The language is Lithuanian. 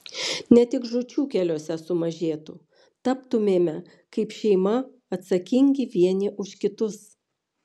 ne tik žūčių keliuose sumažėtų taptumėme kaip šeima atsakingi vieni už kitus